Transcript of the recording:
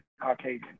caucasian